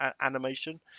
animation